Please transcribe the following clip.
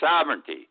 sovereignty